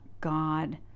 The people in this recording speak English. God